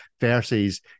versus